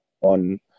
on